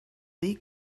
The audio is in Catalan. dir